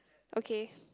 okay